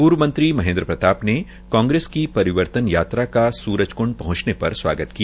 पूर्व मंत्री महेन्द्र प्रताप ने कांग्रेस की परिवर्तन यात्रा का सूरजकुंड पहुंचने पर स्वागत किया